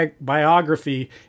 biography